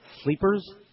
Sleepers